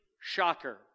Shocker